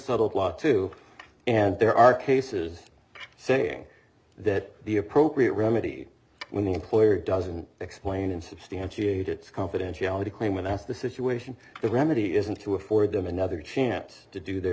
subtle plot too and there are cases saying that the appropriate remedy when the employer doesn't explain in substantiate its confidentiality claim when that's the situation the remedy isn't to afford them another chance to do their